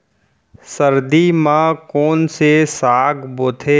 सर्दी मा कोन से साग बोथे?